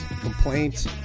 complaints